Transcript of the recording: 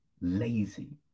lazy